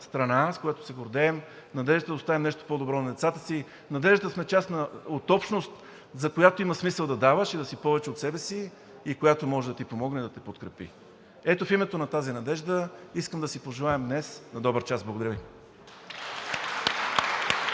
страна, с която да се гордеем, надеждата да оставим нещо по-добро на децата си, надеждата да сме част от общност, за която има смисъл да даваш, да си повече от себе си и която може да ти помогне да те подкрепи. Ето в името на тази надежда искам да си пожелаем днес: „На добър час!“ Благодаря Ви.